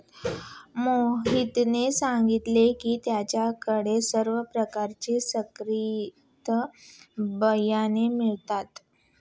मोहितने सांगितले की त्याच्या कडे सर्व प्रकारचे संकरित बियाणे मिळतात